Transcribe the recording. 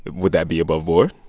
would that be above board?